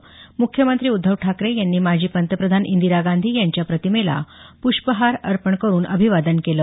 म्रख्यमंत्री उद्धव ठाकरे यांनी माजी पंतप्रधान इंदिरा गांधी यांच्या प्रतिमेला प्रष्पहार वाहन अभिवादन केलं